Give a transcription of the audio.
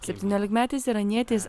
septyniolikmetis iranietis